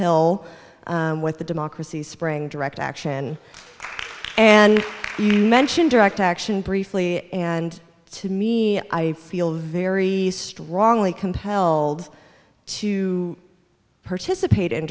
hill with the democracy spring direct action and mentioned direct action briefly and to me i feel very strongly compelled to participate in